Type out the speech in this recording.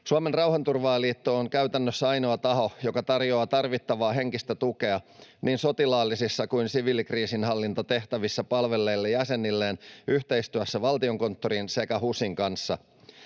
Suomen Rauhanturvaajaliitto on käytännössä ainoa taho, joka tarjoaa tarvittavaa henkistä tukea niin sotilaallisissa kuin siviilikriisinhallintatehtävissä palvelleille jäsenilleen yhteistyössä Valtiokonttorin sekä HUSin kanssa.